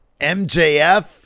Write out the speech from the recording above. MJF